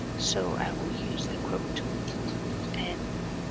so, i will use the crop tool and